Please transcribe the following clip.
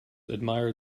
admired